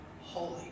holy